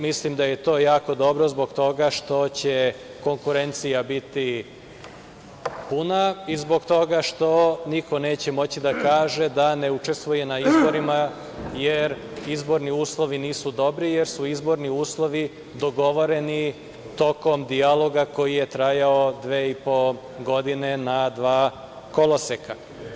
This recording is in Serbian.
Mislim da je to jako dobro zbog toga što će konkurencija biti puna i zbog toga što niko neće moći da kaže da ne učestvuje na izborima jer izborni uslovi nisu dobri, jer su izborni uslovi dogovoreni tokom dijaloga koji je trajao dve i po godine na dva koloseka.